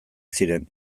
ziren